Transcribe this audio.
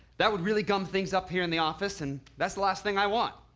that would really gum things up here in the office. and that's the last thing i want,